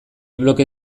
bloke